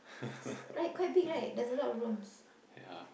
yeah